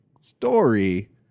story